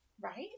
Right